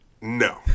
No